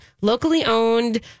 locally-owned